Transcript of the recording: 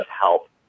help